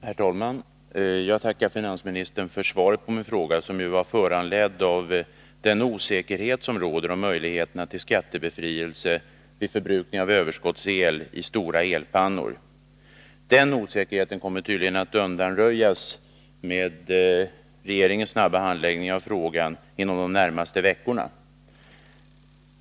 Herr talman! Jag tackar finansministern för svaret på min fråga, som var föranledd av den osäkerhet som råder om möjligheterna till skattebefrielse vid förbrukning av överskottsel i stora elpannor. Den osäkerheten kommer 13 tydligen, med regeringens snabba handläggning, att undanröjas inom de närmaste veckorna.